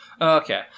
Okay